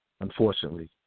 unfortunately